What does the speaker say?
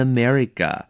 America